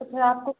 तो फिर आपको